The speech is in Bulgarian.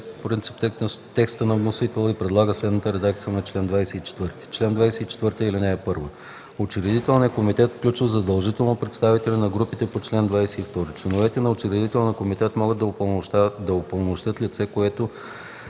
принцип текста на вносителя и предлага следната редакция на чл. 24: „Чл. 24. (1) Учредителният комитет включва задължително представители на групите по чл. 22. Членовете на учредителния комитет могат да упълномощят лице, което